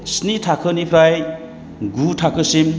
स्नि थाखोनिफ्राय गु थाखोसिम